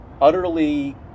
utterly